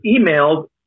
emailed